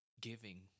giving